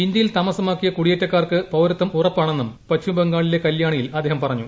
ഇന്ത്യയിൽ താമസമാക്കിയ കുടി യേറ്റക്കാർ പൌരത്വം ഉറപ്പാണെന്നും പശ്ചിമബംഗാളിലെ കല്യാണി യിൽ പറഞ്ഞു